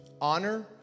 honor